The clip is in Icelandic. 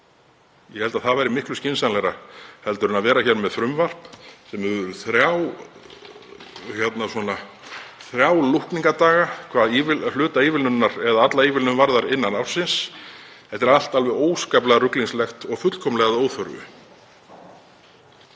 Ég held að það væri miklu skynsamlegra en að vera hér með frumvarp sem hefur þrjá lúkningardaga hvað varðar hluta ívilnunar eða alla ívilnun innan ársins. Þetta er allt alveg óskaplega ruglingslegt og fullkomlega óþarft.